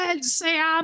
sam